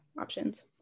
options